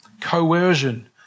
Coercion